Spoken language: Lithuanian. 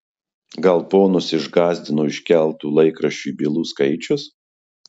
gal ponus išgąsdino iškeltų laikraščiui bylų skaičius